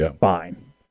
fine